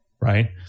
right